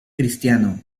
cristiano